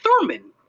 Thurman